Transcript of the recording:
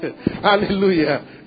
Hallelujah